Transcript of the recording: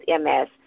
MS